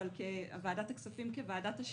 אז ועדת הכספים כוועדת השירות,